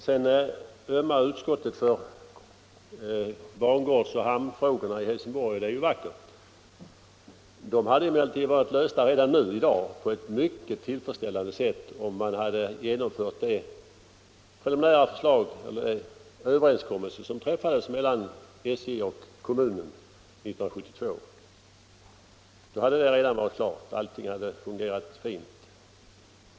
Sedan ömmar utskottet för bangårdsoch hamnfrågorna i Helsingborg, och det är ju vackert. De frågorna hade emellertid varit lösta redan i dag på ett mycket tillfredsställande sätt, om man hade genomfört den preliminära överenskommelse som träffades mellan SJ och kommunen 1972. Då hade allt fungerat fint.